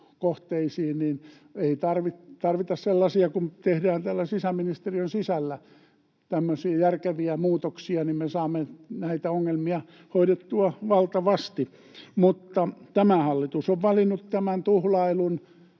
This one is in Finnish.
ei tarvita sellaisia, kun tehdään täällä sisäministeriön sisällä tämmöisiä järkeviä muutoksia, niin että me saamme näitä ongelmia hoidettua valtavasti. Mutta tämä hallitus on valinnut tämän tuhlailun